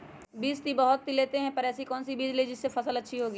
बीज तो बहुत सी लेते हैं पर ऐसी कौन सी बिज जिससे फसल अच्छी होगी?